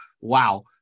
wow